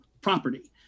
property